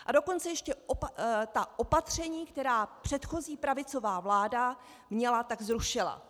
A dokonce ještě ta opatření, která předchozí pravicová vláda měla, tak zrušila.